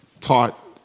taught